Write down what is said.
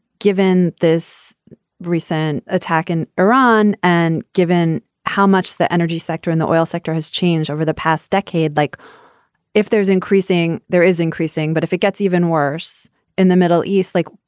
given this recent attack in iran and given how much the energy sector in the oil sector has changed over the past decade, like if there's increasing, there is increasing. but if it gets even worse in the middle east, like,